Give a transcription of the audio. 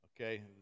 Okay